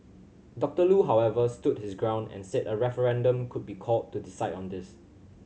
Doctor Loo however stood his ground and said a referendum could be called to decide on this